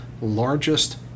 largest